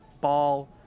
ball